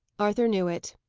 arthur knew it.